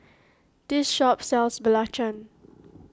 this shop sells Belacan